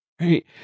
right